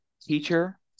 teacher